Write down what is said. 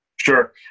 Sure